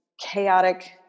chaotic